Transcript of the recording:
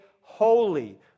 holy